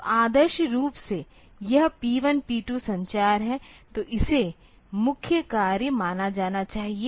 तो आदर्श रूप से यह P1 P2 संचार है तो इसे मुख्य कार्य माना जाना चाहिए